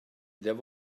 there